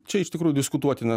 čia iš tikrųjų diskutuotinas